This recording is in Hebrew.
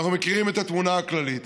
ואנחנו מכירים את התמונה הכללית,